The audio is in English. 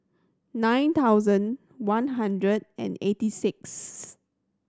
nine thousand one hundred and eighty sixth